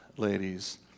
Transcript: ladies